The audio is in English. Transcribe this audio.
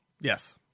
Yes